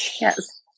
Yes